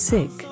Sick